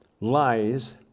lies